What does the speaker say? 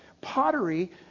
pottery